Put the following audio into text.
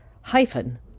hyphen